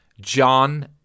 John